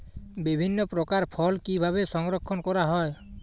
বিভিন্ন প্রকার ফল কিভাবে সংরক্ষণ করা হয়?